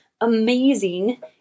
amazing